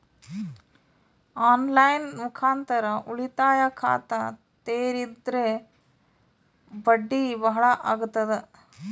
On line ಮುಖಾಂತರ ಉಳಿತಾಯ ಖಾತ ತೇರಿದ್ರ ಬಡ್ಡಿ ಬಹಳ ಅಗತದ?